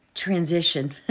transition